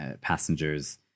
Passengers